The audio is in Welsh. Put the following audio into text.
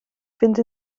fynd